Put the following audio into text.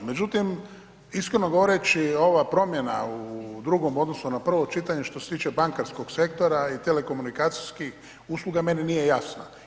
Međutim, iskreno govoreći ova promjena u drugom, u odnosu na drugo čitanje, što se tiče bankarskog sektora i telekomunikacijskih usluga meni nije jasna.